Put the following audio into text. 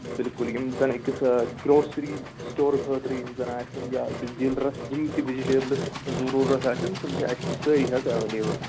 بِلکُل یِم زَن أکِس گرٛوسِری سِٹور خٲطرٕ یِم زَن آسٮ۪ن یا أکِس ڈیٖلرَس یِم تہِ وِجٹیبلٕز ضروٗرت آسٮ۪ن تِم چھِ اَسہِ نِش سٲری حظ ایٚویلیبُل